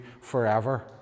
forever